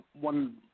one